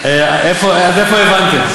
עד איפה הבנתם?